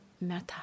metta